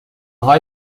های